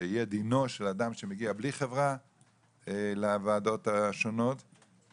שדינו של אדם שמגיע לוועדות השונות בלי חברה,